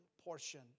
portion